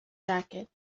jacket